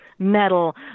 metal